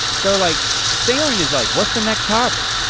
so like sailing is like what's the next harbor?